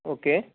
okay